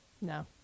no